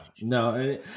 no